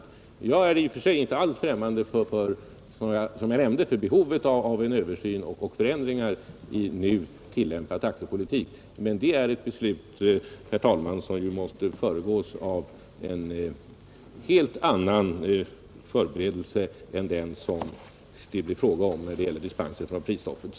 Jag är — som jag nämnde — i och för sig inte alls främmande för behovet av en översyn av och förändringar i nu tillämpad taxepolitik, men det är ett beslut, herr talman, som måste föregås av en helt annan förberedelse än den som det blir fråga om när det gäller dispenser från prisstoppet.